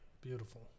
beautiful